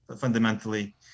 fundamentally